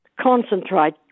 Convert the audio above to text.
Concentrate